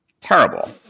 terrible